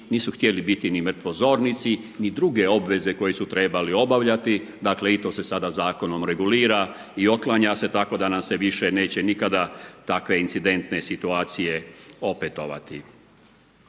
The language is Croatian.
nisu htjeli biti ni mrtvozornici, ni druge obveze koje su trebaju obavljati, dakle, i to se sada zakonom regulira i otklanja se tako da nam se više neće nikada takve incidentne situacije opetovati.